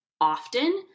often